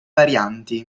varianti